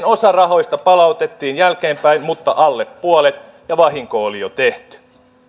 osa rahoista palautettiin jälkeenpäin mutta alle puolet ja vahinko oli jo tehty